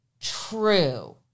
True